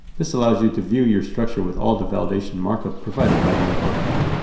this allows you to view your structure with all of the validation markup provided by molprobity.